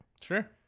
Sure